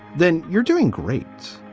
then you're doing great.